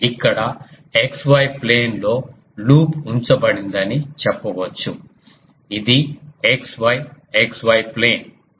ఇక్కడ X Y plane లో loop ఉంచబడిందని చెప్పవచ్చు అది X Y X Y plane